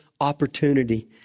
opportunity